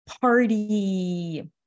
party